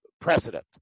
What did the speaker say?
precedent